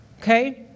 okay